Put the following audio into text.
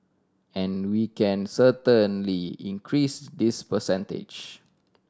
and we can certainly increase this percentage